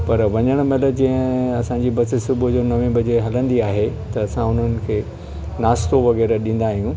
त वञणु महिल जीअं असां जी बस सुबुह जो नवे बजे हलंदी आहे त असां उन्हनि खे नास्तो वगै़रह ॾींदा आहियूं